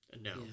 No